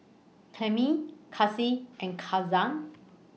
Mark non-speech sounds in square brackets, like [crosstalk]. Clemie Kaci and [unintelligible]